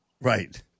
Right